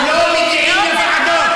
או לא מגיעים לוועדות,